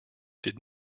did